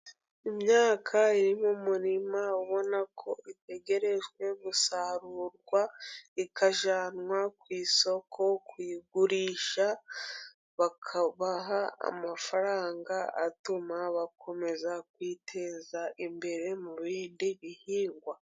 Imyaka iri mu murima ubonako itegereje gusarurwa ikajyanwa ku isoko kuyigurisha, bakabaha amafaranga atuma bakomeza kwiteza imbere mu bindi bihingwa.